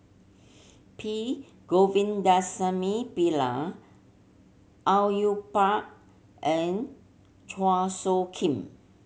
P Govindasamy Pillai Au Yue Pak and Chua Soo Khim